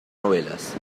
novelas